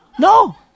No